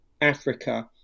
Africa